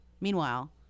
Meanwhile